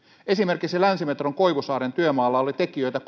esimerkiksi länsimetron koivusaaren työmaalla oli tekijöitä